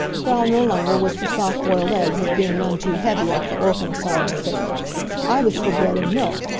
frau nirlanger was for soft-boiled eggs as being none too heavy after orphan asylum fare i was for bread-and-milk,